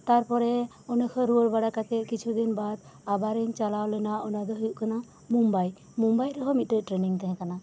ᱛᱟᱨᱯᱚᱨᱮ ᱚᱸᱰᱮᱠᱷᱚᱡ ᱨᱩᱣᱟᱹᱲ ᱵᱟᱲᱟ ᱠᱟᱛᱮᱜ ᱠᱤᱪᱷᱩ ᱫᱤᱱ ᱵᱟᱫ ᱟᱵᱟᱨᱤᱧ ᱪᱟᱞᱟᱣ ᱞᱮᱱᱟ ᱚᱱᱟᱫᱚ ᱦᱩᱭᱩᱜ ᱠᱟᱱᱟ ᱢᱩᱢᱵᱟᱭ ᱢᱩᱢᱵᱟᱭ ᱨᱮᱦᱚᱸ ᱢᱤᱫᱴᱮᱡ ᱴᱨᱮᱱᱤᱝ ᱛᱟᱦᱮᱸ ᱠᱟᱱᱟ